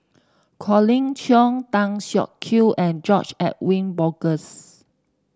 Colin Cheong Tan Siak Kew and George Edwin Bogaars